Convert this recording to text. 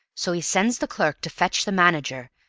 so he sends the clurk to fetch the manager,